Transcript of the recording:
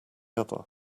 other